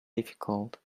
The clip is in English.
difficult